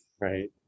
Right